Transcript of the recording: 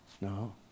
No